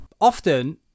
often